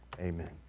amen